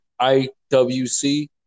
IWC